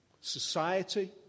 society